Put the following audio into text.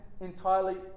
entirely